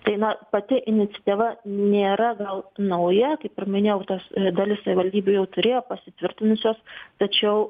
tai na pati iniciatyva nėra gal nauja kaip ir minėjau tas dalis savivaldybių jau turėjo pasitvirtinusios tačiau